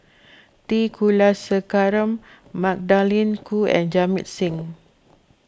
T Kulasekaram Magdalene Khoo and Jamit Singh